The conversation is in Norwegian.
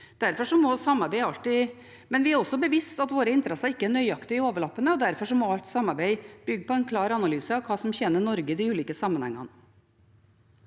vi er også bevisst at våre interesser ikke er nøyaktig overlappende, og derfor må alt samarbeid bygge på en klar analyse av hva som tjener Norge i de ulike sammenhengene.